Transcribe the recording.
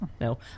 no